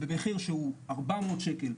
במחיר שהוא 400 שקל,